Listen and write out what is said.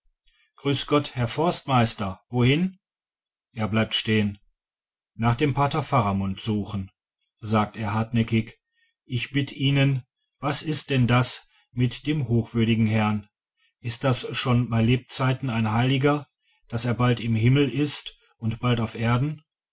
grüß gott herr forstmeister wohin er bleibt stehen nach dem pater faramund suchen sagt er hartnäckig ich bitt ihnen was is denn das mit dem hochwürdigen herrn is das schon bei lebzeiten ein heiliger daß er bald im himmel ist und bald auf erden